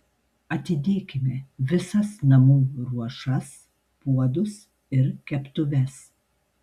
atidėkime visas namų ruošas puodus ir keptuves